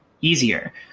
easier